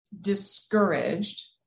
discouraged